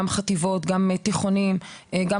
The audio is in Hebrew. חטיבות ותיכונים מכל המגזרים,